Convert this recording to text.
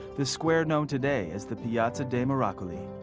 the square known today as the piazza dei miracoli,